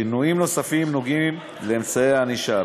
שינויים נוספים קשורים לאמצעי הענישה.